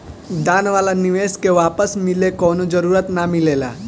दान वाला निवेश के वापस मिले कवनो जरूरत ना मिलेला